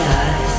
eyes